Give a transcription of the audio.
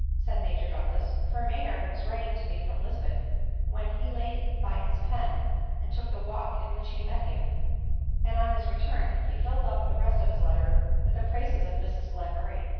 said major douglas for maynard was writing to me from lisbon when he laid by his pen and took the walk in which he met you and on his return he filled up the rest of his letter with the praises of mrs glenmurray,